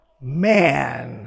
man